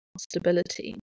stability